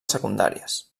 secundàries